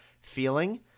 feeling